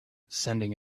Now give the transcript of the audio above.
sending